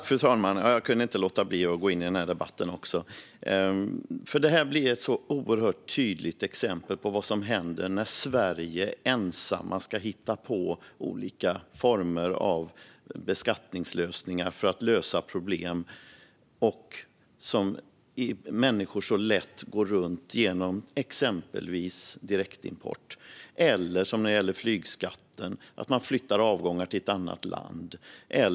Fru talman! Jag kunde inte låta bli att gå in i den här debatten. Det här blir ett så oerhört tydligt exempel på vad som händer när Sverige ensamt ska hitta på olika former av beskattning för att lösa problem. Människor går sedan lätt runt de här beskattningslösningarna genom exempelvis direktimport eller, som när det gäller flygskatten, genom att flytta avgångar till ett annat land.